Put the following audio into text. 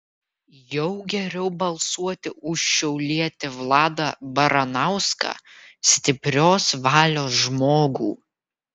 jau geriau balsuoti už šiaulietį vladą baranauską stiprios valios žmogų